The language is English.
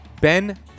BEN